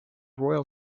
royal